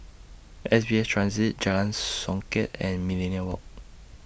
S B S Transit Jalan Songket and Millenia Walk